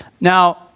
Now